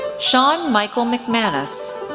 sean michael mcmanus,